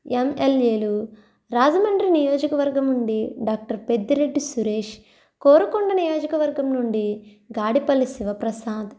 ఎమ్మెల్యేలు రాజమండ్రి నియోజకవర్గం నుండి డాక్టర్ పెద్దిరెడ్డి సురేష్ కోరుకొండ నియోజకవర్గం నుండి గాడిపల్లి శివప్రసాద్